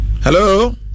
Hello